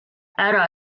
ära